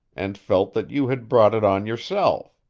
and felt that you had brought it on yourself.